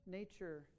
nature